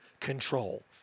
control